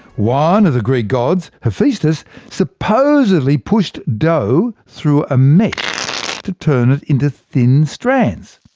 one of the greek gods, hephaestus, supposedly pushed dough through a mesh to turn it into thin strands.